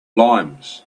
limes